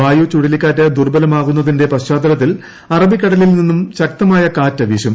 വായു ചുഴലിക്കാറ്റ് ദുർബലമാകുന്നതിന്റെ പശ്ചാത്തലത്തിൽ അറബിക്കടലിൽ നിന്ന് ശക്തമായ കാറ്റ് വീശും